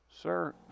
Sir